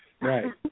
Right